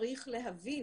צריך להבין